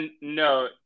No